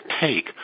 take